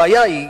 הבעיה היא,